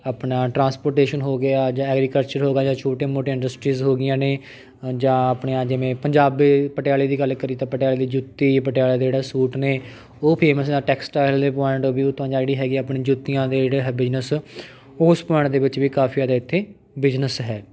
ਆਪਣਾ ਟਰਾਂਸਪੋਰਟੇਸ਼ਨ ਹੋ ਗਿਆ ਜਾਂ ਐਗਰੀਕਲਚਰ ਹੋ ਗਿਆ ਜਾਂ ਛੋਟੇ ਮੋਟੀਆਂ ਇੰਡਸਟਰੀਜ਼ ਹੋਗੀਆਂ ਨੇ ਜਾਂ ਆਪਣੇ ਆ ਜਿਵੇਂ ਪੰਜਾਬੀ ਪਟਿਆਲੇ ਦੀ ਗੱਲ ਕਰੀ ਤਾਂ ਪਟਿਆਲੇ ਦੀ ਜੁੱਤੀ ਪਟਿਆਲੇ ਦੇ ਜਿਹੜਾ ਸੂਟ ਨੇ ਉਹ ਫੇਮਸ ਆ ਟੈਕਸਟਾਈਲ ਦੇ ਪੁਆਇੰਟ ਔਫ ਵਿਊ ਤੋਂ ਜਾਂ ਜਿਹੜੀ ਹੈਗੀ ਆ ਆਪਣੀ ਜੁੱਤੀਆਂ ਦੇ ਜਿਹੜੇ ਹੈ ਬਿਜ਼ਨਸ ਉਸ ਪੁਆਇੰਟ ਦੇ ਵਿੱਚ ਵੀ ਕਾਫੀ ਜ਼ਿਆਦਾ ਇੱਥੇ ਬਿਜ਼ਨਸ ਹੈ